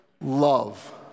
love